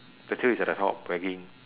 the tail is at the top wagging